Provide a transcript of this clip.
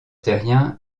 terrien